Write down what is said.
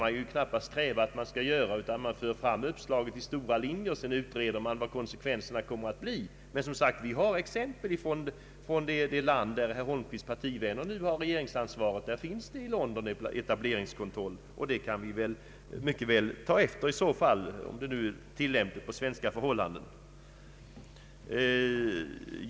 Det brukar inte krävas att man skall göra det. Man lägger fram uppslaget i dess grunddrag, och sedan utreder man vilka konsekvenserna blir. Men som sagt, vi har exempel från ett land där herr Holmqvists partivänner nu har regeringsansvaret — etableringskontrollen i London — och den kan vi mycket väl ta efter om den är tillämplig på svenska förhållanden.